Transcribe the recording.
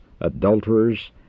adulterers